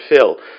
fill